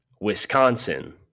Wisconsin